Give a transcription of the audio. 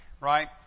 right